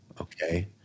okay